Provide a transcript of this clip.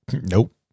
Nope